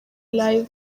live